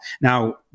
Now